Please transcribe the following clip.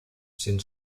sin